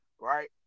right